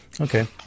Okay